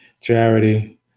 charity